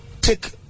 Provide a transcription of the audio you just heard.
take